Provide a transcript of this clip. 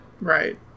Right